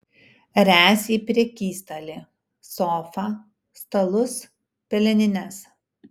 ręs į prekystalį sofą stalus pelenines